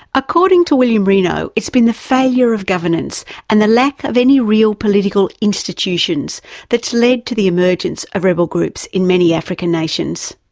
according to william reno, it's been the failure of governance and the lack of any real political institutions that's led to the emergence of rebel groups in many african nations.